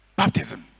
baptism